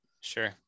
sure